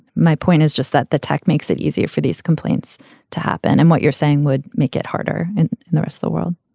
my point is just that the tech makes it easier for these complaints to happen. and what you're saying would make it harder. and and there is the world